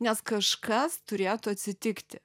nes kažkas turėtų atsitikti